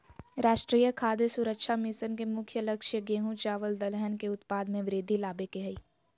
राष्ट्रीय खाद्य सुरक्षा मिशन के मुख्य लक्ष्य गेंहू, चावल दलहन के उत्पाद में वृद्धि लाबे के हइ